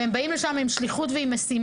הם הגיעו לשם עם שליחות ומשימה.